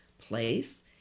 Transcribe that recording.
place